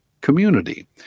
community